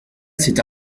cet